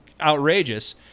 outrageous